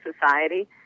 society